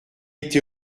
été